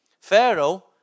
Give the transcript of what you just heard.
Pharaoh